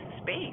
space